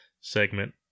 segment